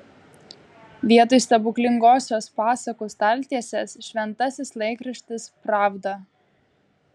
vietoj stebuklingosios pasakų staltiesės šventasis laikraštis pravda